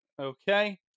Okay